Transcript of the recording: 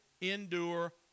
endure